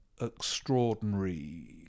extraordinary